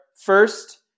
first